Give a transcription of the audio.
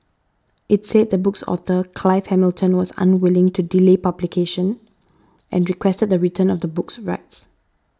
it said the book's author Clive Hamilton was unwilling to delay publication and requested the return of the book's rights